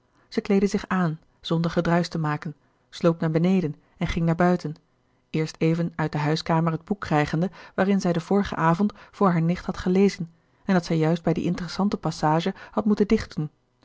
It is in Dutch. zij kleedde zich aan zonder gedruisch te maken sloop naar beneden en ging naar buiten eerst even uit de huiskamer het boek krijgende waarin gerard keller het testament van mevrouw de tonnette zij den vorigen avond voor hare nicht had gelezen en dat zij juist bij die interessante passage had moeten dicht